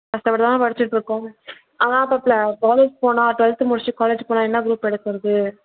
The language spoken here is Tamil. கஷ்டப்பட்டு தான் மேம் படிச்சிகிட்ருக்கோம் ஆனால் இப்போ காலேஜ் போனால் ட்வெல்த்து முடிச்சுட்டு காலேஜ் போனால் என்ன க்ரூப் எடுக்கிறது